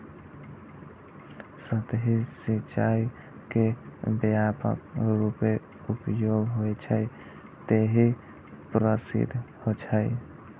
सतही सिंचाइ के व्यापक रूपें उपयोग होइ छै, तें ई प्रसिद्ध छै